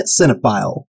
cinephile